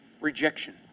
rejection